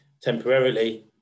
temporarily